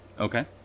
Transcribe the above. Okay